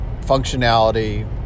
functionality